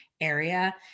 area